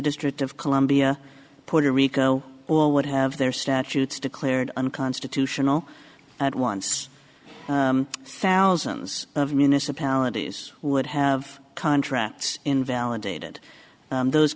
district of columbia puerto rico or what have their statutes declared unconstitutional at once thousands of municipalities would have contracts invalidated those